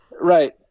Right